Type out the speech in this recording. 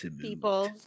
people